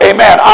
Amen